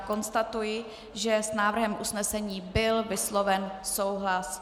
Konstatuji, že s návrhem usnesení byl vysloven souhlas.